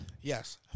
Yes